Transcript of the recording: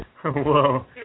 Whoa